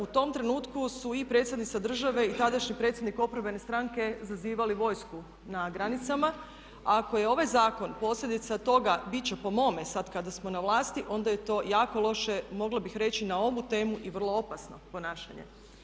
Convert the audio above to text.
U tom trenutku su i predsjednica države i tadašnji predsjednik oporbene stranke zazivali vojsku na granicama, a ako je ovaj zakon posljedica toga bit će po mome sad kada smo na vlasti onda je to jako loše, mogla bih reći na ovu temu i vrlo opasno ponašanje.